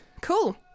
Cool